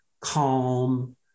calm